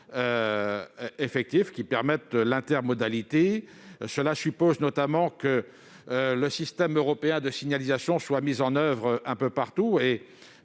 effectif qui assure une intermodalité. Cela suppose notamment que le système européen de signalisation soit mis en oeuvre un peu partout.